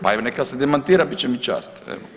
Pa neka se demantira bit će mi čast.